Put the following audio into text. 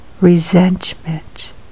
resentment